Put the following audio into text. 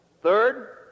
Third